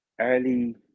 early